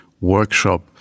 Workshop